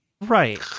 Right